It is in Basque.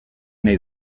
nahi